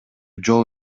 жол